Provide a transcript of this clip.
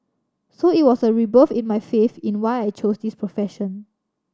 so it was a rebirth in my faith in why I chose this profession